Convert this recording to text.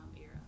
era